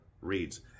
reads